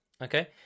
okay